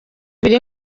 ibiri